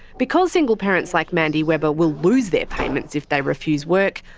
because single parents like mandy webber will lose their payments if they refuse work,